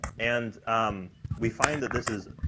and we find that this is